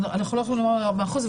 אנחנו לא יכולים לומר מה האחוז,